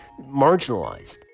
marginalized